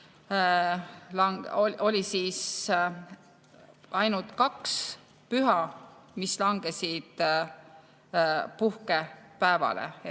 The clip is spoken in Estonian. oli ainult kaks püha, mis langesid puhkepäevale.